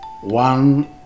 One